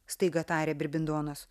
staiga tarė birbindonas